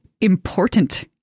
important